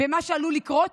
מה שעלול לקרות,